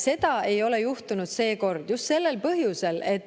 Seda ei ole juhtunud seekord just sellel põhjusel, et